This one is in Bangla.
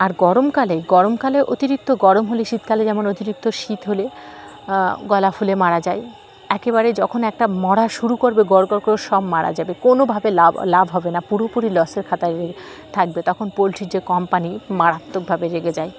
আর গরমকালে গরমকালে অতিরিক্ত গরম হলে শীতকালে যেমন অতিরিক্ত শীত হলে গলা ফুলে মারা যায় একেবারে যখন একটা মরা শুরু করবে গড় গড় গড় সব মারা যাবে কোনোভাবে লাভ লাভ হবে না পুরোপুরি লসের খাতায় রে থাকবে তখন পোলট্রির যে কোম্পানি মারাত্মকভাবে রেগে যায়